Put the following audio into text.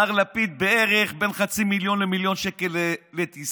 מר לפיד, בערך בין חצי מיליון למיליון שקל לטיסה.